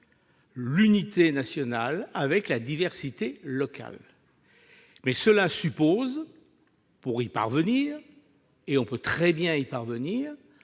l'unité nationale avec la diversité locale. Cela suppose, pour y parvenir- et on peut très bien y parvenir